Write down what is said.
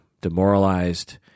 demoralized